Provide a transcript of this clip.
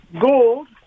gold